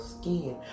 skin